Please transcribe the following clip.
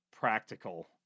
practical